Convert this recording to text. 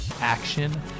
Action